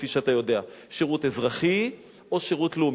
כפי שאתה יודע, שירות אזרחי או שירות לאומי.